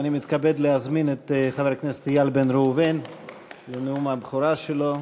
ואני מתכבד להזמין את חבר הכנסת איל בן ראובן לנאום הבכורה שלו.